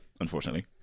unfortunately